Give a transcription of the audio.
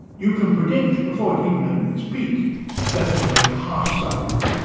you can predict before it even opens its beak that it'll make a harsh sound,